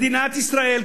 מדינת ישראל,